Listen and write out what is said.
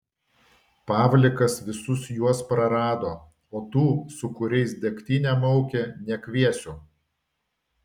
pavlikas visus juos prarado o tų su kuriais degtinę maukė nekviesiu